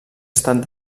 estat